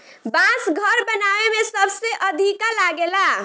बांस घर बनावे में सबसे अधिका लागेला